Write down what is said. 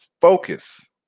focus